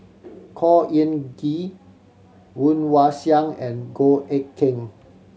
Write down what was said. Khor Ean Ghee Woon Wah Siang and Goh Eck Kheng